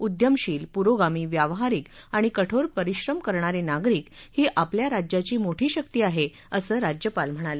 उद्यमशील पुरोगामी व्यावहारिक आणि कठोर परिश्रम करणारे नागरिक ही आपल्या राज्याची मोठी शक्ती आहे असं राज्यपाल म्हणाले